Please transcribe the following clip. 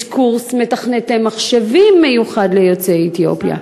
יש קורס מתכנתי מחשבים מיוחד ליוצאי אתיופיה,